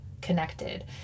Connected